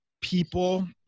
people